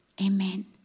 Amen